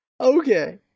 Okay